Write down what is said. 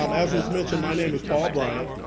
um as was mentioned, my name is paul bryant,